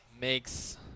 makes